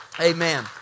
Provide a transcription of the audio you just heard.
Amen